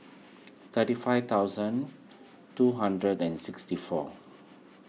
thirty five thousand two hundred and sixty four